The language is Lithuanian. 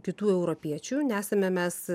kitų europiečių nesame mes